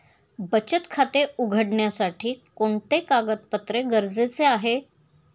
बचत खाते उघडण्यासाठी कोणते कागदपत्रे गरजेचे आहे?